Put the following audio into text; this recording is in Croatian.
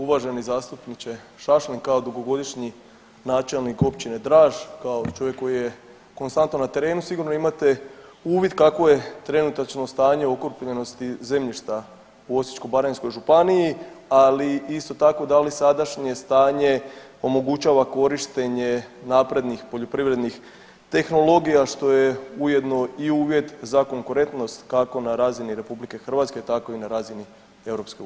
Uvaženi zastupniče Šašlin, kao dugogodišnji načelnik Općine Draž, kao čovjek koji je konstantno na terenu sigurno imate uvid kakvo je trenutačno stanje okrupnjenosti zemljišta u Osječko-baranjskoj županiji, ali isto tako da li sadašnje stanje omogućava korištenje naprednih poljoprivrednih tehnologija, što je ujedno i uvjet za konkurentnost kako na razini RH tako i na razini EU?